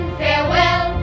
farewell